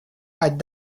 had